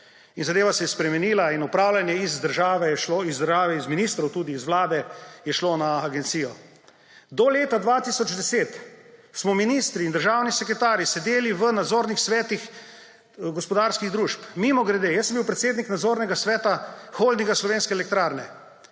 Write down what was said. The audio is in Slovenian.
zadeva se je spremenila. In upravljanje z države je šlo z ministrov, z vlade je šlo na agencijo. Do leta 2010 smo ministri in državni sekretarji sedeli v nadzornih svetih gospodarskih družb − mimogrede, jaz sem bil predsednik nadzornega sveta Holdinga Slovenske elektrarne.